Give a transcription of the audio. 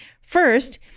first